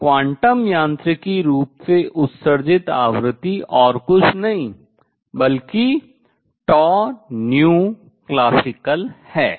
तो क्वांटम यांत्रिकी रूप से उत्सर्जित आवृत्ति और कुछ नहीं बल्कि classical है